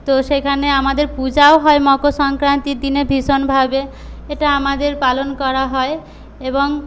তো সেখানে আমাদের পূজাও হয় মকর সংক্রান্তির দিনে ভীষণভাবে এটা আমাদের পালন করা হয় এবং